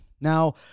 Now